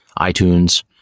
iTunes